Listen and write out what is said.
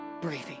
breathing